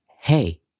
hey